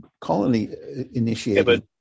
colony-initiated